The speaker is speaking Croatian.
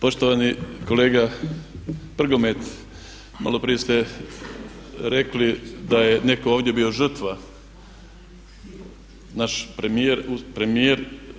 Poštovani kolega Prgomet maloprije ste rekli da je netko ovdje bio žrtva, naš premijer.